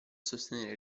sostenere